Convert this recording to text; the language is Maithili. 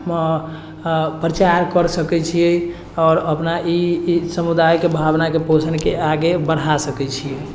प्रचार कर सकैत छियै आओर अपना ई समुदायके भावनाके पोषणके आगे बढ़ा सकैत छी